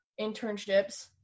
internships